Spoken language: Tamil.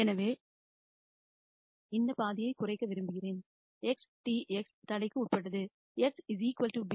எனவே இந்த பாதியை குறைக்க விரும்புகிறேன் xTx தடைக்கு உட்பட்டது x b